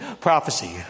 prophecy